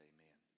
Amen